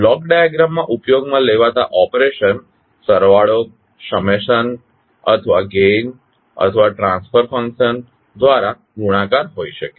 block ડાયાગ્રામમાં ઉપયોગમાં લેવાતા ઓપરેશન સરવાળો અથવા ગેઇન અથવા ટ્રાન્સફર ફંકશન દ્વારા ગુણાકાર હોઈ શકે છે